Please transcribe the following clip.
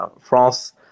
France